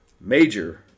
Major